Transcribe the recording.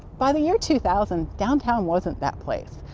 by the year two thousand, downtown wasn't that place.